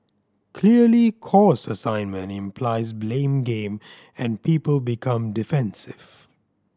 clearly 'cause assignment' implies blame game and people become defensive